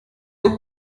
look